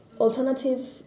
alternative